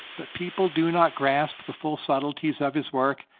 but people do not grasp the full subtleties of his work,